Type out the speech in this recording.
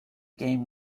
game